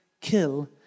kill